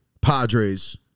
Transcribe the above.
Padres